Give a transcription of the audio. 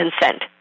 consent